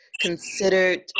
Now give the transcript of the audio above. considered